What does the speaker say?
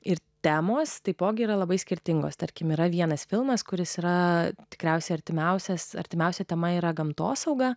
ir temos taipogi yra labai skirtingos tarkim yra vienas filmas kuris yra tikriausiai artimiausias artimiausia tema yra gamtosauga